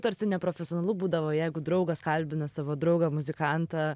tarsi neprofesionalu būdavo jeigu draugas kalbina savo draugą muzikantą